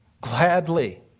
gladly